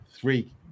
three